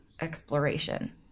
exploration